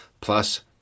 plus